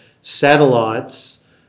satellites